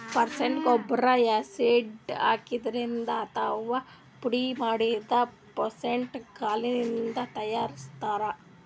phosphate ಗೊಬ್ಬರ್ acid ಹಾಕಿದ್ರಿಂದ್ ಅಥವಾ ಪುಡಿಮಾಡಿದ್ದ್ ಫಾಸ್ಫೇಟ್ ಕಲ್ಲಿಂದ್ ತಯಾರಿಸ್ತಾರ್